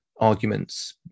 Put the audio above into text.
arguments